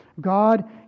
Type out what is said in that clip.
God